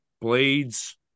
Blades